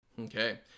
Okay